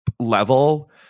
level